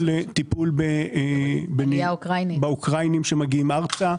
טיפול באוקראינים הפליטים שמגיעים ארצה.